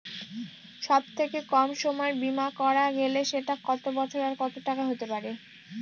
সব থেকে কম সময়ের বীমা করা গেলে সেটা কত বছর আর কত টাকার হতে পারে?